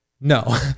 No